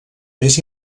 més